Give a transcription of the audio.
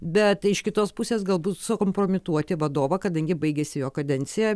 bet iš kitos pusės galbūt sukompromituoti vadovą kadangi baigėsi jo kadencija